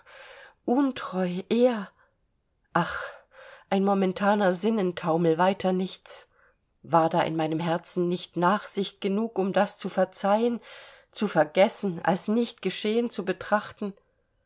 untreu er ach ein momentaner sinnentaumel weiter nichts war da in meinem herzen nicht nachsicht genug um das zu verzeihen zu vergessen als nicht geschehen zu betrachten